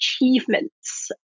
achievements